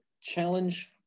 challenge